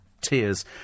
tears